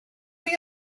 chi